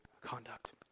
conduct